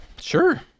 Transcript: Sure